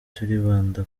turibanda